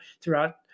throughout